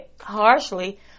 harshly